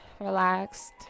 relaxed